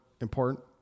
Important